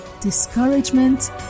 Discouragement